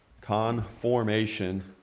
conformation